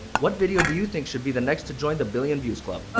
what video do you think should be the next to join the billion views club?